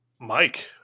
Mike